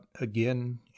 again